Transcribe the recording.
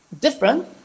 different